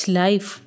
life